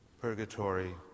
Purgatory